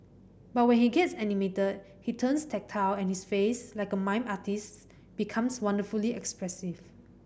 but when he gets animated he turns tactile and his face like a mime artist's becomes wonderfully expressive